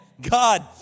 God